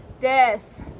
death